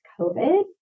COVID